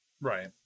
Right